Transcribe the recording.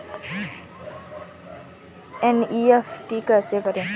NEFT कैसे करें?